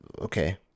Okay